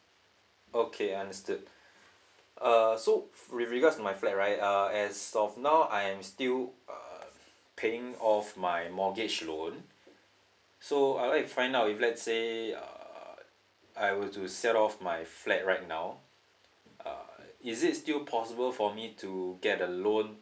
okay I understood uh so with regards my flat right uh as of now I'm still uh paying off my mortgage loan so I want to find out if let's say uh I would to sell off my flat right now uh is it still possible for me to get a loan